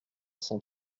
cent